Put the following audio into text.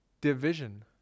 division